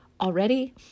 already